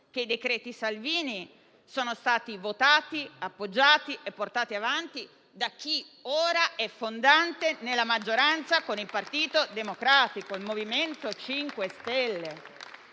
decreti Salvini sono stati votati, appoggiati e portati avanti da chi ora è fondante nella maggioranza con il Partito Democratico: il MoVimento 5 Stelle.